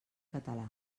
català